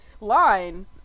line